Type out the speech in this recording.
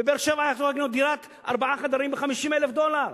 בבאר-שבע היה אפשר לקנות דירת ארבעה חדרים ב-50,000 דולר.